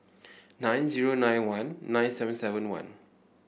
nine zero nine one nine seven seven one